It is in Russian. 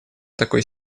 такой